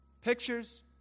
pictures